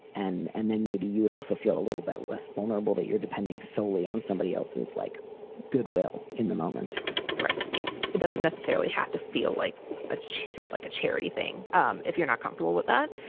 and and then maybe you would also feel a little bit less vulnerable that you're depending solely on somebody else's like goodwill in the moment right. yes. it doesn't necessarily have to feel like a chore, like a charity thing um if you're not comfortable with that.